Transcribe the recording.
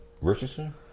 Richardson